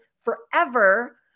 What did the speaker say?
forever